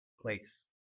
place